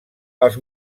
els